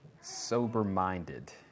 sober-minded